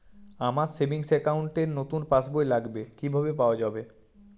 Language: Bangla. আমার সেভিংস অ্যাকাউন্ট র নতুন পাসবই লাগবে, কিভাবে পাওয়া যাবে?